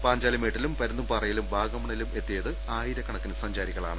പാഞ്ചാലിമേട്ടിലും പരുന്തുംപാറയിലും വാഗമണ്ണിലും എത്തിയത് ആ യിരക്കണക്കിനു സഞ്ചാരികളാണ്